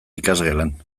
ikasgelan